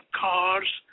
cars